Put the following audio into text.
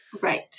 Right